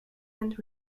and